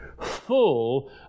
full